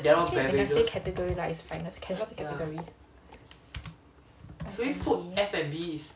actually if they never say category is fine can just category